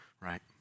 right